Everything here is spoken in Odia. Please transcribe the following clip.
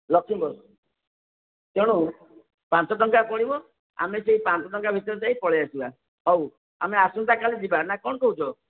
ଲକ୍ଷ୍ମୀ ବସ୍ ତେଣୁ ପାଞ୍ଚଟଙ୍କା ପଡ଼ିବ ଆମେ ସେଇ ପାଞ୍ଚଟଙ୍କା ଭିତରେ ଦେଇ ପଳେଇ ଆସିବା ହଉ ଆମେ ଆସନ୍ତାକାଲି ଯିବା ନା କ'ଣ କହୁଛ